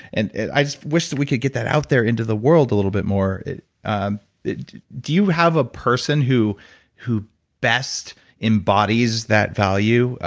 and i just wish that we could get that out there into the world a little bit more. ah do you have a person who who best embodies that value,